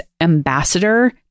ambassador